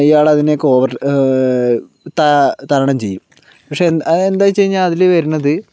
ഇയാള് അതിനെയൊക്കെ ഓവര് തരണം ചെയ്യും പക്ഷേ അതെന്താ വച്ചു കഴിഞ്ഞാൽ അതിൽ വരണത്